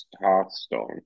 Hearthstone